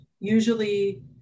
Usually